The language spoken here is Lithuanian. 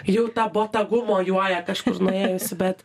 jau ta botagu mojuoja kažkur nuėjusi bet